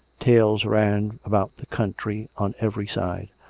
tales ran about the country on every side.